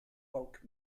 folk